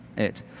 it.